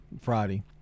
Friday